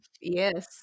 Yes